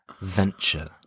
Venture